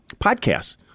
podcasts